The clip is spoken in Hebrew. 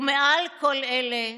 ומעל כל אלה,